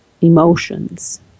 emotions